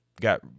Got